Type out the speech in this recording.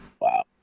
Wow